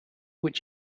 which